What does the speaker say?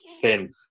thin